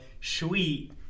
sweet